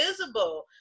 visible